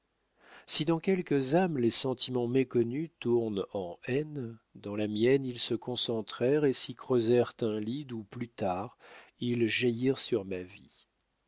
si dans quelques âmes les sentiments méconnus tournent en haine dans la mienne ils se concentrèrent et s'y creusèrent un lit d'où plus tard ils jaillirent sur ma vie